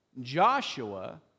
Joshua